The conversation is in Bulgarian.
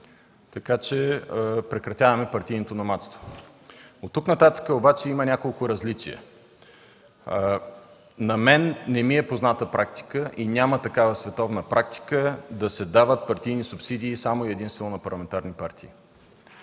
така че прекратяваме партийното номадство. Оттук нататък обаче има няколко различия. На мен не ми е позната и няма такава световна практика да се дават партийни субсидии само и единствено на парламентарни партии.